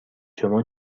شما